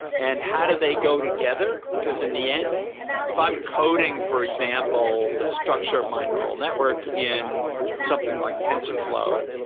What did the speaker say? and how do they go together, because in the end if i'm coding for example the structure of my neural network in something like tensorflow,